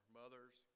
mothers